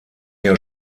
jahr